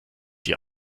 die